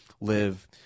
live